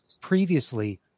previously